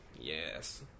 Yes